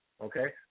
okay